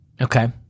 Okay